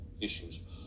issues